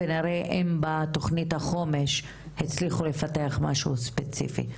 ונראה אם בתכנית החומש הצליחו לפתח משהו ספציפי.